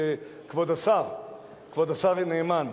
כבוד השר נאמן,